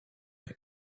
ate